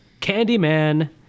Candyman